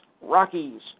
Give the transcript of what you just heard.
Rockies